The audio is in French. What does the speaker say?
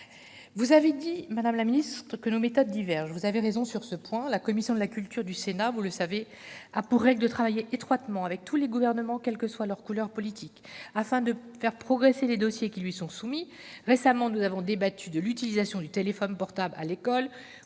Vous avez dit, madame la secrétaire d'État, que nos méthodes divergent, et vous avez raison sur ce point. La commission de la culture du Sénat, vous le savez, a pour règle de travailler étroitement avec tous les gouvernements, quelle que soit leur couleur politique, afin de faire progresser les dossiers qui lui sont soumis. Récemment, nous avons débattu de l'utilisation du téléphone portable à l'école.